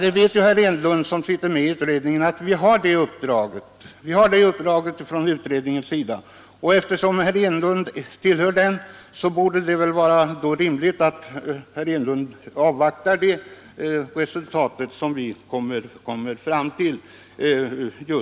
Herr Enlund som sitter med i 1972 års jordbruksutredning vet ju att utredningen har i uppdrag att göra det. Eftersom herr Enlund tillhör utredningen, är det väl rimligt att han avvaktar det resultat utredningen kommer fram till.